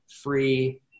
free